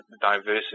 diversity